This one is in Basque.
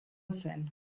zen